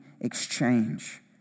exchange